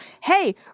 Hey